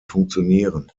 funktionieren